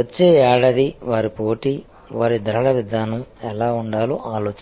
వచ్చే ఏడాది వారి పోటీ వారి ధరల విధానం ఎలా ఉండాలో ఆలోచించండి